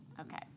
Okay